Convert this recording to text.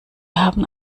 haben